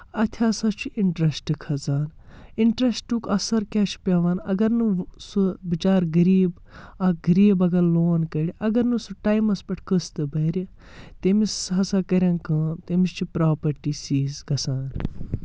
اَتہِ ہَسا چھُ اِنٹرَسٹ کھَسان اِنٹرسٹُک اَثَر کیاہ چھُ پیٚوان اگر نہٕ سُہ بِچارٕ غریٖب اَکھ غریٖب اگر لون کٔڑِ اَگَر نہٕ سُہ ٹایمَس پؠٹھ قصتہٕ بَرِ تٔمِس ہَسا کَرؠن کٲم تٔمِس چھِ پرٛاپرٹی سیٖز گَژھان